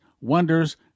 wonders